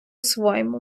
своєму